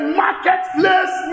marketplace